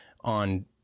on